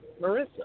Marissa